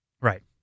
Right